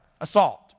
Assault